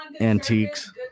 antiques